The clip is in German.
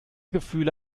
gefühle